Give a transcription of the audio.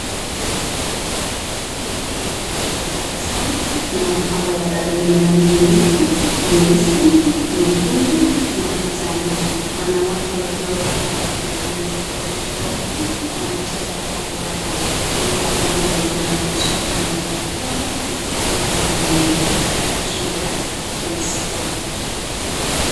Ndani ya ukumbi uliojaa taa na mapambo ya baloni rangi nyeupe, nyeusi, nyekundu na kijani. Wanawake waliovaa mavazi ya rangi tofauti tofauti, wanacheza kwa furaha mbele ya bango lenye maandishi yanayoonyesha kuwa ni siku ya tamaduni katika shule ya christian school